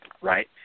right